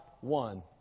one